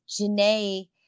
Janae